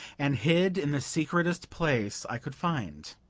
and hid in the secretest place i could find.